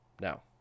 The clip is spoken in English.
Now